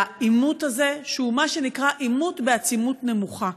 לעימות הזה, שהוא מה שנקרא עימות בעצימות נמוכה: